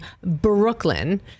Brooklyn